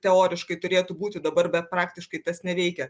teoriškai turėtų būti dabar praktiškai tas neveikia